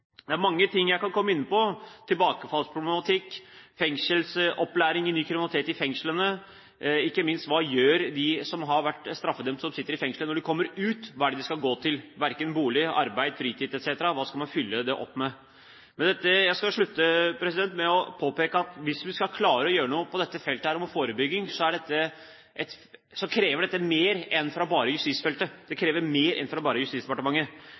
Det er mange ting jeg kan komme inn på: tilbakefallsproblematikk, opplæring i ny kriminalitet i fengslene, ikke minst hva de som har vært straffedømt, og som sitter i fengslene, gjør når de kommer ut. Hva skal de gå til – uten bolig, uten arbeid, med mye fritid, etc.? Hva skal man fylle dette med? Jeg skal slutte med å peke på at hvis vi skal klare å gjøre noe på feltet forebygging, krever dette mer enn fra bare justisfeltet, fra bare Justisdepartementet. Det handler om skole, som ligger under et